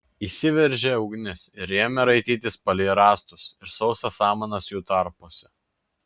įsiveržė ugnis ir ėmė raitytis palei rąstus ir sausas samanas jų tarpuose